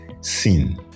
sin